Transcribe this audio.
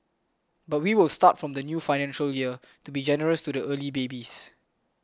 but we will start from the new financial year to be generous to the early babies